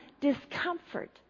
discomfort